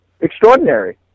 extraordinary